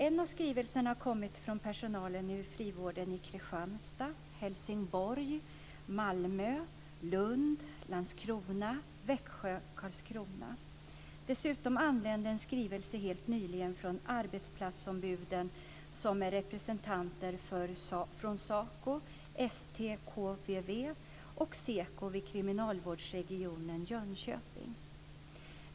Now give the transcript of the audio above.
En av skrivelserna har kommit från personalen i frivården i Kristianstad, Helsingborg, Malmö, Lund, Landskrona, Växjö och Karlskrona. Dessutom anlände en skrivelse helt nyligen från arbetsplatsombuden, som representerar SACO, ST-KVV och SEKO, i kriminalvårdsregionen Jönköping.